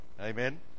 Amen